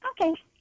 Okay